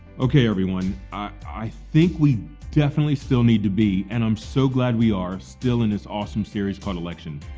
okay everyone, i think we definitely still need to be and i'm so glad we are still in this awesome series called election.